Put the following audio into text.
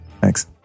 thanks